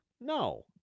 No